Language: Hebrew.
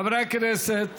חברי הכנסת